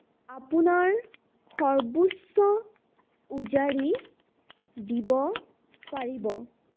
আপোনাৰ সৰ্বোচ্চ উজাৰি দিব পাৰিব